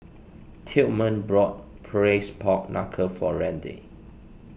Tillman bought Braised Pork Knuckle for Randi